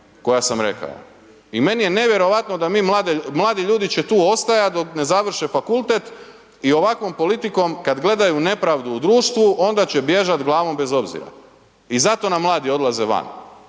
koja sam rekao. I meni je nevjerojatno da mladi ljudi će tu ostajat dok ne završe fakultet i ovakvom politikom kad gledaju nepravdu u društvu, onda će bježat glavom bez obzira i zato nam mladi odlaze van